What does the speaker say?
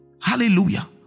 Hallelujah